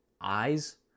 eyes